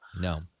No